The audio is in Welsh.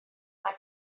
mae